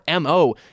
MO